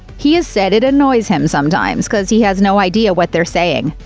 he has said it annoys him sometimes, cause he has no idea what they're saying.